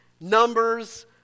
numbers